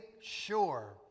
sure